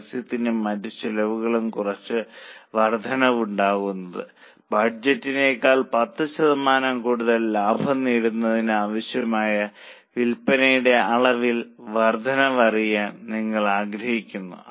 പരസ്യത്തിലും മറ്റ് ചെലവുകളിലും കുറച്ച് വർദ്ധനവ് ഉണ്ടാകും ബഡ്ജറ്റിനേക്കാൾ 10 ശതമാനം കൂടുതൽ ലാഭം നേടുന്നതിന് ആവശ്യമായ വിൽപ്പനയുടെ അളവിൽ വർദ്ധനവ് അറിയാൻ നമ്മൾ ആഗ്രഹിക്കുന്നു